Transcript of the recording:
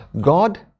God